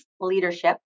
leadership